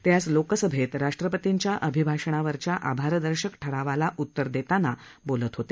ते आज लोकसभेत राष्ट्रपतींच्या अभिभाषणावरच्या आभारदर्शक ठरावाला उत्तर देताना बोलत होते